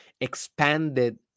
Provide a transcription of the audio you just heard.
expanded